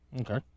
Okay